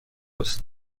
است